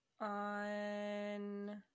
on